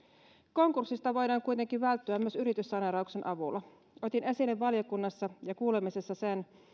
konkurssilta voidaan kuitenkin välttyä myös yrityssaneerauksen avulla otin esille valiokunnassa ja kuulemisessa sen